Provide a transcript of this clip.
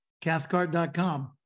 Cathcart.com